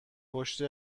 پشت